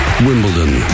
Wimbledon